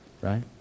Right